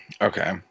Okay